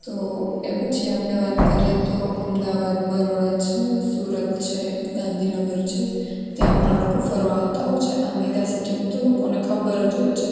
તો એ પછી આપણે વાત કરીએ તો અમદાવાદ બરોડા છે સુરત છે ગાંધીનગર છે ત્યાં પણ લોકો ફરવા આવતા હોય છે આ મેગાસિટીની તો લોકોને ખબર જ હોય છે